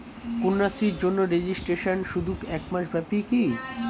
কন্যাশ্রীর জন্য রেজিস্ট্রেশন শুধু এক মাস ব্যাপীই কি?